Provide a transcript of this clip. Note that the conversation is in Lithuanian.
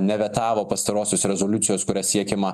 nevetavo pastarosios rezoliucijos kuria siekiama